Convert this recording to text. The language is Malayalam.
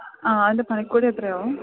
ആ അതിന്റെ പണിക്കൂലി എത്രയാവും